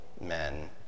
men